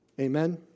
Amen